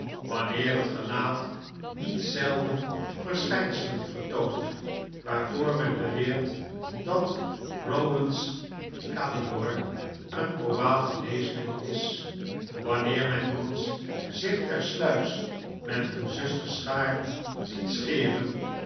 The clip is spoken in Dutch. wanneer het gelaat niet zelden verschijnselen vertoont waarvoor men beweert dat rowland's kalydor een probaat geneesmiddel is wanneer men jongens zich tersluiks met hun zusters schaar ziet scheren